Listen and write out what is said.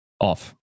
off